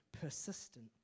persistent